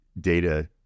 data